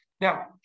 Now